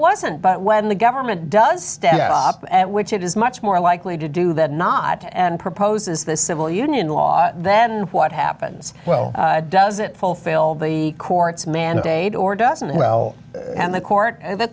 wasn't but when the government does step up at which it is much more likely to do that not and proposes the civil union law then what happens well doesn't fulfill the court's mandate or doesn't well and the court and the